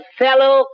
fellow